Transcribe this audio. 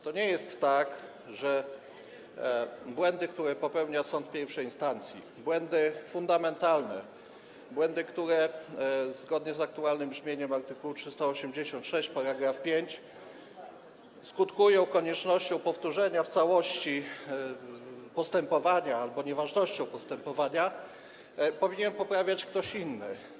To nie jest tak, że błędy, które popełnia sąd pierwszej instancji, błędy fundamentalne, błędy, które zgodnie z aktualnym brzmieniem art. 386 § 5 skutkują koniecznością powtórzenia w całości postępowania albo nieważnością postępowania, powinien poprawiać ktoś inny.